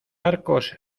arcos